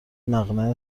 مقنعه